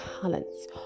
talents